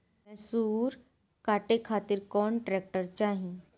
मैसूर काटे खातिर कौन ट्रैक्टर चाहीं?